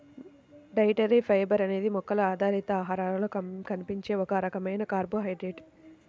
dietary fibre అనేది మొక్కల ఆధారిత ఆహారాలలో కనిపించే ఒక రకమైన కార్బోహైడ్రేట్